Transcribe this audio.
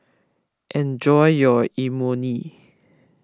enjoy your Imoni